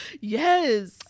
Yes